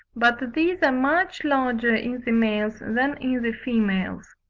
but these are much larger in the males than in the females.